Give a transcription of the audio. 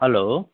hello